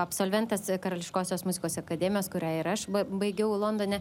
absolventas karališkosios muzikos akademijos kurią ir aš baigiau londone